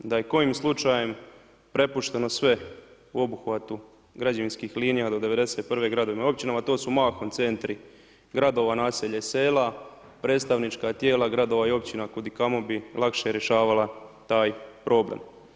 Da je kojim slučajem prepušteno sve u obuhvatu građevinskih linija do '91. gradovima i općinama, to su mahom centri gradova, naselja i sela predstavnička tijela gradova i općina kudikamo bi lakše rješavala taj problem.